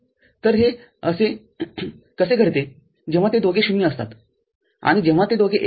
तर हे असे कसे घडते जेव्हा ते दोघे ० असतात आणि जेव्हा ते दोघे १असतात